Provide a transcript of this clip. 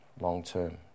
long-term